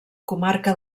comarca